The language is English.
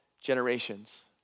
generations